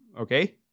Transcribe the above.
Okay